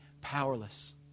powerless